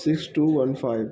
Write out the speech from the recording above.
six two one five